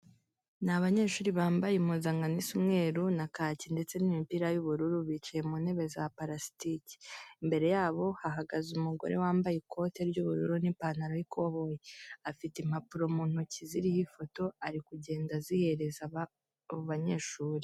Ni abanyeshuri bambaye impuzankano isa umweru na kake ndetse n'imipira y'ubururu, bicaye mu ntebe za parasitike. Imbere yabo hahagaze umugore wambaye ikote ry'ubururu n'ipantaro y'ikoboyi, afite impapuro mu ntoki ziriho ifoto, ari kugenda azihereza abo banyeshuri.